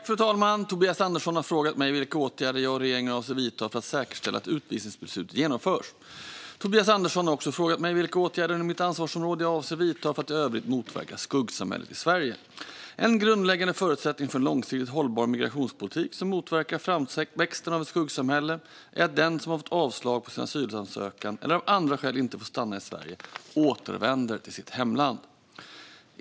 Fru talman! har frågat mig vilka åtgärder jag och regeringen avser att vidta för att säkerställa att utvisningsbeslut genomförs. Tobias Andersson har också frågat mig vilka åtgärder inom mitt ansvarsområde jag avser att vidta för att i övrigt motverka skuggsamhället i Sverige. En grundläggande förutsättning för en långsiktigt hållbar migrationspolitik som motverkar framväxten av ett skuggsamhälle är att den som har fått avslag på sin asylansökan eller av andra skäl inte får stanna i Sverige återvänder till sitt hemland.